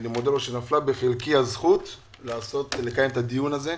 אני מודה לו שנפלה בחלקי הזכות לקיים את הדיון הזה.